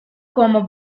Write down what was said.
como